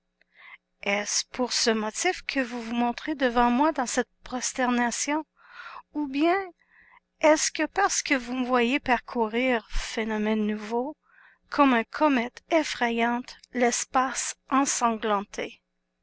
est-ce pour ce motif que vous vous montrez devant moi dans cette prosternation ou bien est-ce parce que vous me voyez parcourir phénomène nouveau comme une comète effrayante l'espace ensanglanté